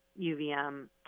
UVM